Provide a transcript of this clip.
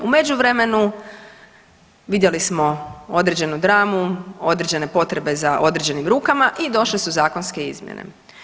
U međuvremenu vidjeli smo određenu dramu, određene potrebe za određenim rukama i došle su zakonske izmjene.